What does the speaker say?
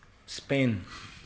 Spain